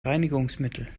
reinigungsmittel